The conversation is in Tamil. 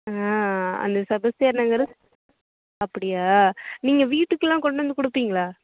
அந்த செபஸ்டியார் நகர் அப்படியா நீங்கள் வீட்டுக்கெல்லாம் கொண்டு வந்து கொடுப்பிங்ளா